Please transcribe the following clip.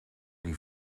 die